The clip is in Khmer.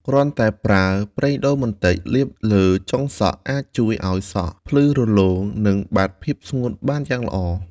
គ្រាន់តែប្រើ ប្រេងដូងបន្តិច លាបលើចុងសក់ អាចជួយឱ្យសក់ ភ្លឺរលោង និងបាត់ភាពស្ងួតបានយ៉ាងល្អ។